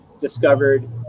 discovered